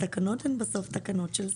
התקנות הן בסוף תקנות של שר.